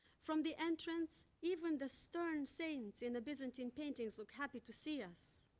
from the entrance, even the stern saints in the byzantine paintings look happy to see us.